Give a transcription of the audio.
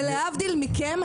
להבדיל מכם,